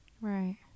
Right